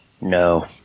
No